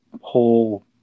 whole